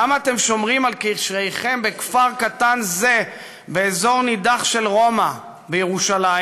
למה אתם שומרים על קשריכם בכפר קטן זה באזור נידח של רומא בירושלים?